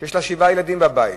שיש לה שבעה ילדים בבית,